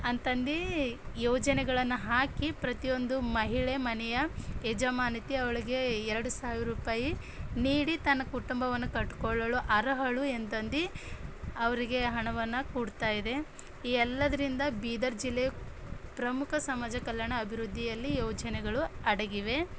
ಅಂತಂದು ಯೋಜನೆಗಳನ್ನು ಹಾಕಿ ಪ್ರತಿಯೊಂದು ಮಹಿಳೆ ಮನೆಯ ಯಜಮಾನತಿ ಅವ್ಳಿಗೆ ಎರಡು ಸಾವಿರ ರೂಪಾಯಿ ನೀಡಿ ತನ್ನ ಕುಟುಂಬವನ್ನು ಕಟ್ಕೊಳ್ಳೋಳು ಅರ್ಹಳು ಎಂತಂದು ಅವರಿಗೆ ಹಣವನ್ನು ಕೊಡ್ತಾಯಿದೆ ಎಲ್ಲದ್ರಿಂದ ಬೀದರ್ ಜಿಲ್ಲೆಯು ಪ್ರಮುಖ ಸಮಾಜ ಕಲ್ಯಾಣ ಅಭಿವೃದ್ಧಿಯಲ್ಲಿ ಯೋಜನೆಗಳು ಅಡಗಿವೆ